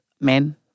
men